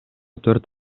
төрт